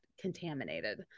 contaminated